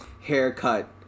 haircut